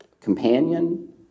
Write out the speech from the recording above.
companion